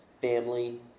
Family